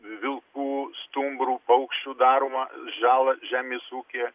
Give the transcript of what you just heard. vilkų stumbrų paukščių daromą žalą žemės ūkyje